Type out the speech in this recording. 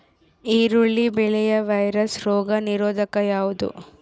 ಈರುಳ್ಳಿ ಬೆಳೆಯ ವೈರಸ್ ರೋಗ ನಿರೋಧಕ ಯಾವುದು?